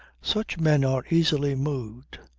such men are easily moved.